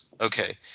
Okay